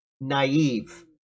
naive